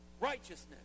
righteousness